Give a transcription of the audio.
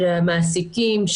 של מעסיקים,